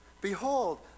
Behold